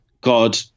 God